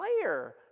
player